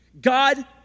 God